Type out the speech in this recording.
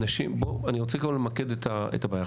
אני רוצה למקד את הבעיה,